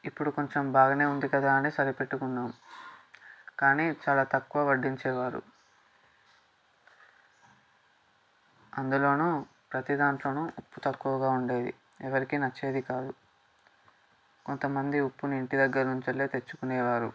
ఇప్పుడు కొంచెం బాగానే ఉంది కదా అని సరిపెట్టుకున్నాము కానీ చాలా తక్కువ వడ్డించేవారు అందులోను ప్రతిదాంట్లోనూ ఉప్పు తక్కువగా ఉండేది ఎవరికీ నచ్చేది కాదు కొంత మంది ఉప్పుని ఇంటి దగ్గర నుంచే తెచ్చుకొనేవారు